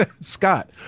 Scott